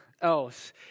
else